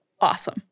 Awesome